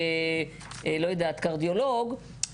לא יודעת קרדיולוג,